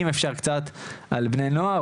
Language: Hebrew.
אם אפשר קצת על בני נוער,